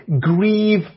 grieve